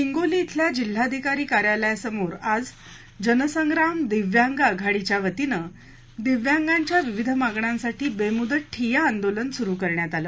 हिंगोली इथल्या जिल्हाधिकारी कार्यालयासमोर आज जनसंग्राम दिव्यांग आघाडीच्या वतीनं दिव्यांगांच्या विविध मागण्यांसाठी बेमुदत ठिय्या आंदोलन सुरु करण्यात आलं